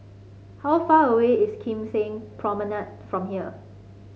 how far away is Kim Seng Promenade from here